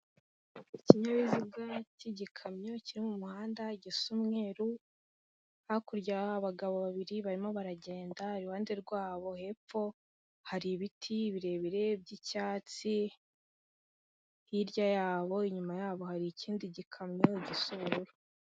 Ikinyabiziga k'igikamyo kiri mu muhanda gisa umweru, hakurya hari abagabo babiri barimo baragenda iruhande rwabo hepfo hari ibiti birebire by'icyatsi, hirya yabo inyuma yabo hari ikindi gikamyo gisa ubururu.